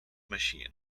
machine